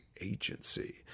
agency